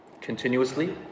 continuously